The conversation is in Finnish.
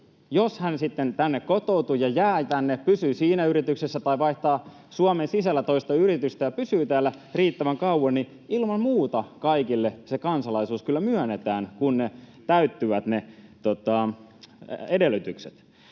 jos hän sitten tänne kotoutuu ja jää, pysyy siinä yrityksessä tai vaihtaa Suomen sisällä toiseen yritykseen ja pysyy täällä riittävän kauan, niin ilman muuta kaikille se kansalaisuus kyllä myönnetään, kun täyttyvät ne edellytykset.